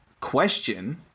question